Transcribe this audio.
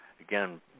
again